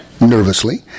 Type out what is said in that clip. nervously